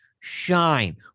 shine